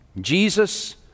Jesus